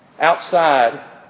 outside